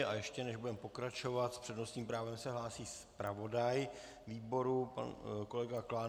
A ještě než budeme pokračovat, s přednostním právem se hlásí zpravodaj výboru pan kolega Klán.